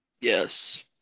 Yes